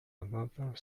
another